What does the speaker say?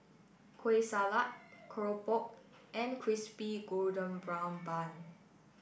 kueh Salat Keropok and Crispy Golden Brown Bun